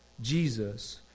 Jesus